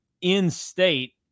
in-state